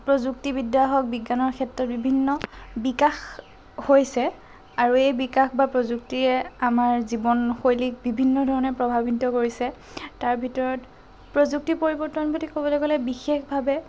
প্ৰযুক্তিবিদ্যা হওক বিজ্ঞানৰ ক্ষেত্ৰত বিভিন্ন বিকাশ হৈছে আৰু এই বিকাশ বা প্ৰযুক্তিৰে আমাৰ জীৱনশৈলীক বিভিন্ন ধৰণে প্ৰভাৱিত কৰিছে তাৰ ভিতৰত প্ৰযুক্তি পৰিৱৰ্তন বুলি ক'বলৈ গ'লে বিশেষভাৱে